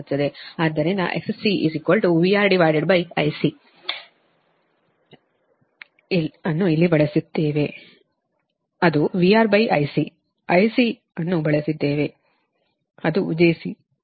ಆದ್ದರಿಂದXC VRIC ಅನ್ನು ಇಲ್ಲಿ ಬಳಸಿದ್ದೇವೆ ಅದು VRIC IC ಅನ್ನು ಬಳಸಿದ್ದೇವೆ ಅದು jC j148